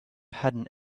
had